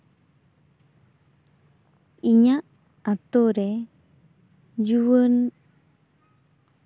ᱤᱧᱟᱹᱜ ᱟᱛᱳ ᱨᱮ ᱡᱩᱣᱟᱹᱱ